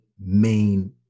main